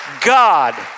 God